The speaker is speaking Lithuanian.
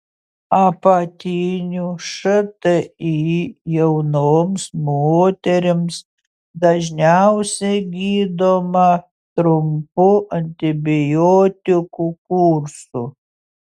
apatinių šti jaunoms moterims dažniausiai gydoma trumpu antibiotikų kursu